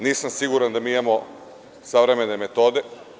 Nisam siguran da mi imamo savremene metode.